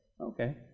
okay